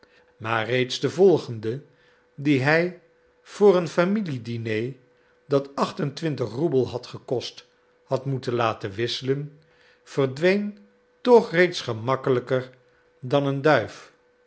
maar reeds de volgende die hij voor een familiediner dat achtentwintig roebel had gekost had moeten laten wisselen verdween toch reeds gemakkelijker dan een duif